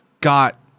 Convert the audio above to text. got